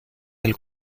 del